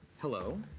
hello.